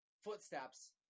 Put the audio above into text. footsteps